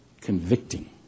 convicting